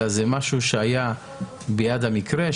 אלא זה משהו שהיה ביד המקרה,